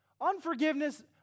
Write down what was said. Unforgiveness